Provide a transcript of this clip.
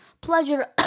pleasure